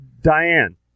Diane